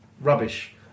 Rubbish